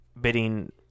bidding